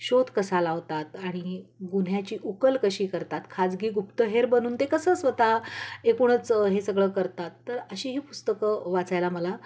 शोध कसा लावतात आणि गुन्ह्याची उकल कशी करतात खाजगी गुप्तहेर बनून ते कसं स्वत एकूणच हे सगळं करतात तर अशी ही पुस्तकं वाचायला मला